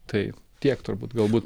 tai tiek turbūt galbūt